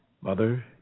Mother